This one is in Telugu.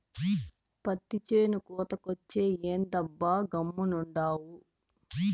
పత్తి చేను కోతకొచ్చే, ఏందబ్బా గమ్మునుండావు